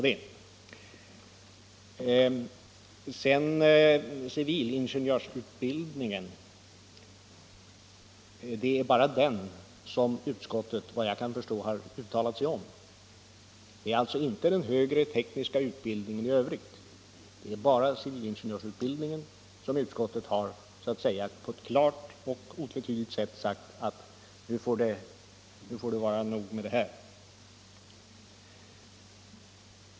Det är bara om civilingenjörsutbildningen som utskottet, efter vad jag kan förstå, har uttalat sig och alltså inte om den högre tekniska utbildningen i övrigt. Men om civilingenjörsutbildningen har utskottet klart och otvetydigt sagt att nu får det vara nog med det här.